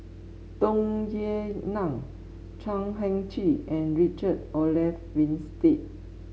Tung Yue Nang Chan Heng Chee and Richard Olaf Winstedt